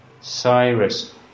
Cyrus